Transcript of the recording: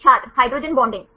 छात्र hydrogen bonding